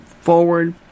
forward